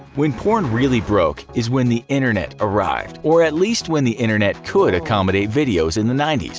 when porn really broke, is when the internet arrived, or at least when the internet could accommodate videos in the ninety s.